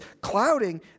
clouding